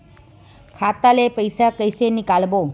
खाता ले पईसा कइसे निकालबो?